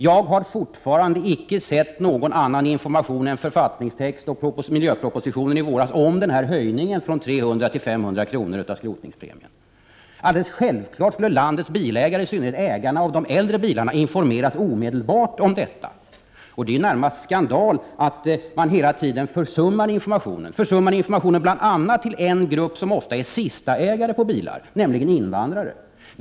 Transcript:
Jag har fortfarande inte sett någon annan information än författningstext och miljöpropositionen från i våras om denna höjning av skrotningspremien från 300 till 500 kr. Alldeles självklart skall landets bilägare, i synnerhet ägarna av de äldre bilarna, informeras omedelbart om detta. Det är närmast skandal att man hela tiden försummar att ge information bl.a. till en grupp som ofta är sista ägare till bilarna, nämligen invandrare.